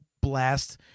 blast